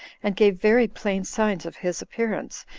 and gave very plain signs of his appearance,